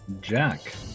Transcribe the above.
Jack